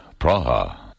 Praha